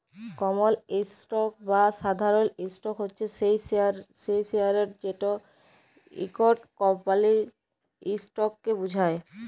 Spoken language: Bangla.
কমল ইসটক বা সাধারল ইসটক হছে সেই শেয়ারট যেট ইকট কমপালির ইসটককে বুঝায়